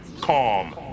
Calm